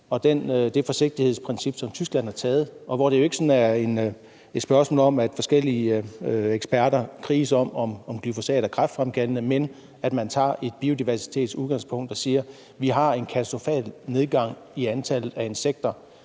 og det forsigtighedsprincip, som Tyskland bruger, og hvor det jo ikke er et spørgsmål om, at forskellige eksperter kriges om, hvorvidt glyfosat er kræftfremkaldende, men om, at man tager udgangspunkt i biodiversiteten og siger: Vi har en katastrofal nedgang i antallet af insekter,